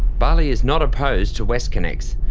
bali is not opposed to westconnex,